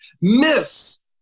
Miss